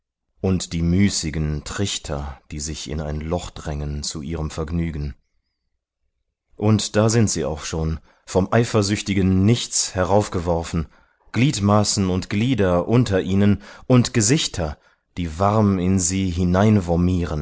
und die müßigen trichter die sich in ein loch drängen zu ihrem vergnügen und da sind auch schon vom eifersüchtigen nichts heraufgeworfen gliedmaßen und glieder unter ihnen und gesichter die warm in sie